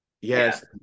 yes